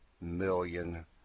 million